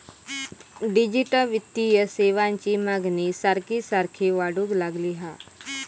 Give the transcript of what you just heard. digital वित्तीय सेवांची मागणी सारखी सारखी वाढूक लागली हा